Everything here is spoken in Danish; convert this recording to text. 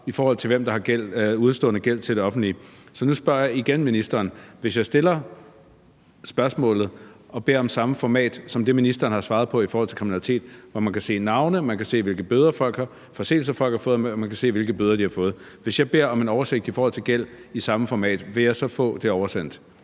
svar på, hvem der har udestående gæld til det offentlige, så nu spørger jeg igen ministeren: Hvis jeg stiller spørgsmålet og beder om at få svaret i samme format som det, ministeren har svaret på i forhold til kriminalitet, hvor man kan se navne, man kan se, hvilke forseelser folk har fået bøder for, og man kan se, hvilke bøder de har fået, vil jeg så få det oversendt? Kl. 15:44 Tredje næstformand (Trine Torp): Ministeren.